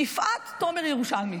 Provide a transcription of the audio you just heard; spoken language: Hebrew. יפעת תומר ירושלמי,